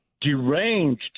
deranged